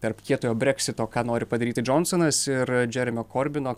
tarp kietojo breksito ką nori padaryti džonsonas ir džeremio korbino